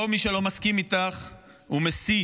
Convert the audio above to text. לא כל מי שלא מסכים איתך הוא מסית.